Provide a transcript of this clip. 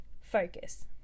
focus